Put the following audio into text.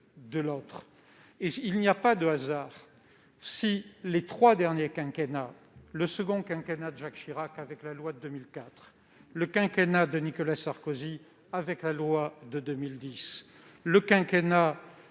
de l'autre. Ce n'est pas un hasard si, au cours des trois derniers quinquennats- le second mandat de Jacques Chirac avec la loi de 2004, le quinquennat de Nicolas Sarkozy avec la loi de 2010, celui de